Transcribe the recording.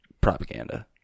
propaganda